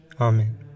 Amen